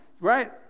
right